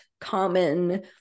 common